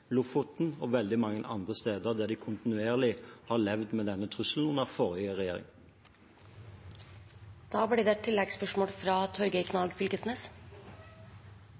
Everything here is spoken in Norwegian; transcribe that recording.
Lofoten og veldig mange andre steder der de kontinuerlig levde med denne trusselen under forrige